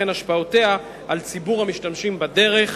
וכן השפעותיה על ציבור המשתמשים בדרך,